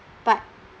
but